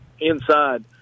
inside